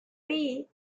bee